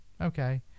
okay